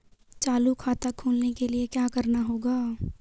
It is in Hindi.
चालू खाता खोलने के लिए क्या करना होगा?